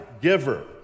giver